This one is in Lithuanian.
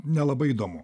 nelabai įdomu